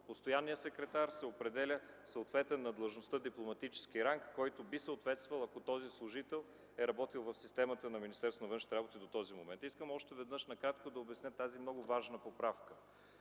постоянния секретар се определя съответен на длъжността дипломатически ранг, който би съответствал, ако този служител е работил в системата на Министерството на външните работи до този момент. Искам още веднъж накратко да обясня тази много важна поправка.